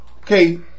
okay